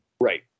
Right